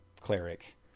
cleric